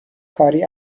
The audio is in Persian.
کاری